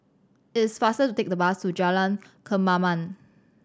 it is faster to take the bus to Jalan Kemaman